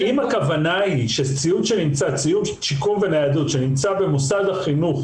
אם הכוונה היא שציוד שיקום וניידות שנמצא במוסד החינוך